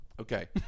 Okay